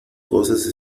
cosas